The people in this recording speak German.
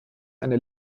eine